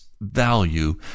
value